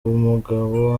mugabo